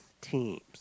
teams